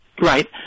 Right